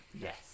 Yes